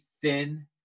thin